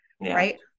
Right